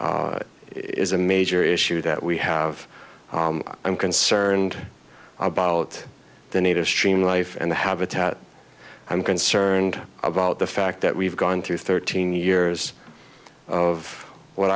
is a major issue that we have i'm concerned about the native stream life and the habitat i'm concerned about the fact that we've gone through thirteen years of what